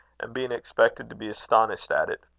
and being expected to be astonished at it.